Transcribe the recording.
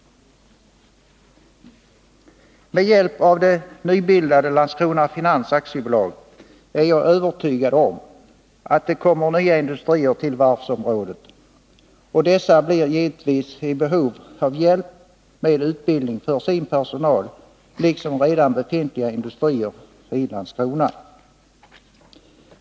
Jag är övertygad om att det med hjälp av det nybildade Landskrona Finans AB kommer nya industrier till varvsområdet, och dessa blir givetvis i behov av hjälp med utbildning av sin personal liksom redan befintliga industrier i Landskrona är.